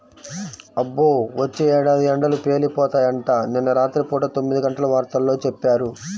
అబ్బో, వచ్చే ఏడాది ఎండలు పేలిపోతాయంట, నిన్న రాత్రి పూట తొమ్మిదిగంటల వార్తల్లో చెప్పారు